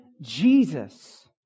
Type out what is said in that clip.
Jesus